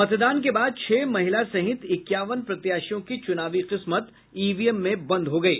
मतदान के बाद छह महिला सहित इक्यावन प्रत्याशियों की चुनावी किस्मत ईवीएम में बंद हो गयी